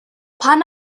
pan